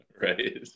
Right